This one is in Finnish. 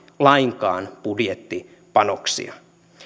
lainkaan budjettipanoksia